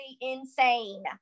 insane